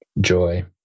Joy